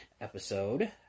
episode